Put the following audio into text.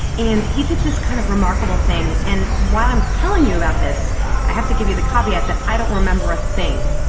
and he did this kind of remarkable thing, and while i'm telling you about this i have to give you the caveat that i don't remember a thing,